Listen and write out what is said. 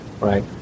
right